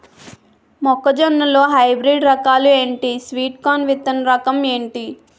మొక్క జొన్న లో హైబ్రిడ్ రకాలు ఎంటి? స్వీట్ కార్న్ విత్తన రకం ఏంటి?